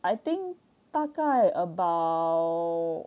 I think 大概 about